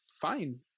fine